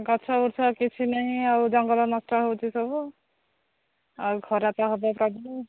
ଗଛଗୁଛ କିଛି ନାହିଁ ଆଉ ଜଙ୍ଗଲ ନଷ୍ଟ ହେଉଛି ସବୁ ଆଉ ଖରା ତ ହେବ ପ୍ରବଳ